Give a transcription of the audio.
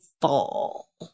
fall